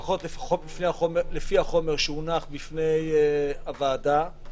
לפחות לפי החומר שהונח בפני הוועדה,